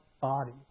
body